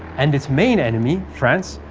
and its main enemy, france,